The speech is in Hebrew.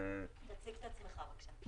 תציג את עצמך, בבקשה.